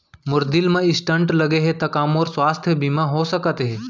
मोर दिल मा स्टन्ट लगे हे ता का मोर स्वास्थ बीमा हो सकत हे?